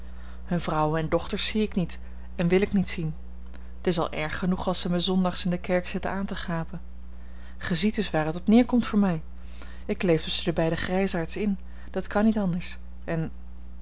hunne vrouwen en dochters zie ik niet en wil ik niet zien t is al erg genoeg als zij mij s zondags in de kerk zitten aan te gapen gij ziet dus waar het op neerkomt voor mij ik leef tusschen de beide grijsaards in dat kan niet anders en